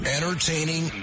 Entertaining